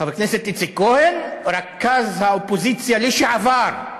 חבר הכנסת איציק כהן, רכז האופוזיציה לשעבר,